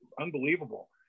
Unbelievable